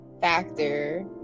factor